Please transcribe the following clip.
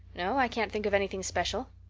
no, i can't think of anything special.